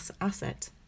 asset